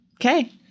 Okay